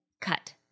cut